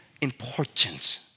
important